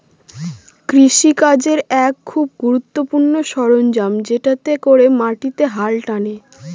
কৃষি কাজের এক খুব গুরুত্বপূর্ণ সরঞ্জাম যেটাতে করে মাটিতে হাল টানে